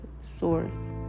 source